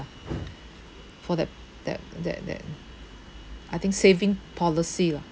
for that that that that I think saving policy lah